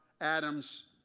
Adam's